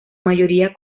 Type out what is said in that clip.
mayoría